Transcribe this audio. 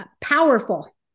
powerful